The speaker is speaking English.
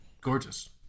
Gorgeous